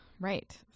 right